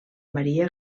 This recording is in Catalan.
maria